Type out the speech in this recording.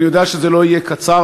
אני יודע שזה לא יהיה קצר,